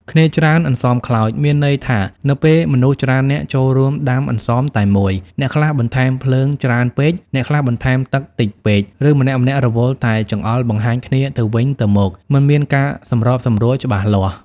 «គ្នាច្រើនអន្សមខ្លោច» មានន័យថានៅពេលមនុស្សច្រើននាក់ចូលរួមដាំអន្សមតែមួយ អ្នកខ្លះបន្ថែមភ្លើងច្រើនពេក អ្នកខ្លះបន្ថែមទឹកតិចពេក ឬម្នាក់ៗរវល់តែចង្អុលបង្ហាញគ្នាទៅវិញទៅមក មិនមានការសម្របសម្រួលច្បាស់លាស់។